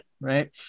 right